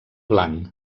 blanc